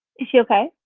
is she okay?